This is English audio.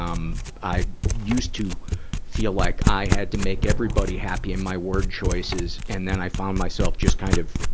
um, i used to feel like i had to make everybody happy in my word choices. and then i found myself just kind of,